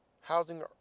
Housing